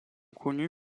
connu